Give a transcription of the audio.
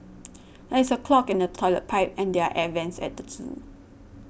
there is a clog in the Toilet Pipe and the Air Vents at the zoo